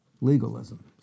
Legalism